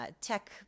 tech